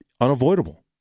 unavoidable